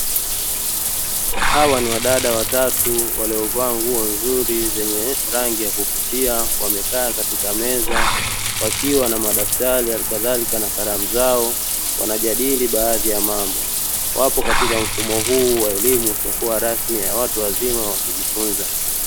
Hawa ni wadada watatu waliovaa nguo nzuri zenye rangi ya kuvutia waekaa katika meza wakiwa na madaftari alikadharika na kalamu zao wanajadili baadhi ya mambo wapo katika mfumo huu wa elimu isyokuwa rasmi ya watu wazima wakijifunza.